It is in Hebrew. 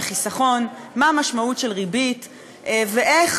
לצערי, באמת נמנע מאתנו לומר את זה, ומה אם